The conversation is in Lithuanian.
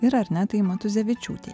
ir arnetai matuzevičiūtei